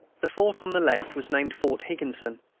the fort on the left was named fort higginson,